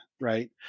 right